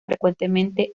frecuentemente